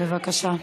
בבקשה.